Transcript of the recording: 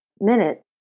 minute